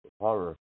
horror